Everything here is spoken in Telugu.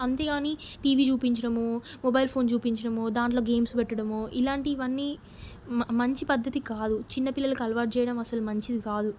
అంతే కాని టివి చూపించడమో మొబైల్ ఫోన్ చూపించడమో దాంట్లో గేమ్స్ పెట్టడమో ఇలాంటివన్నీ మ మంచి పద్ధతి కాదు చిన్న పిల్లలకి అలవాటు చేయడం అస్సలు మంచిది కాదు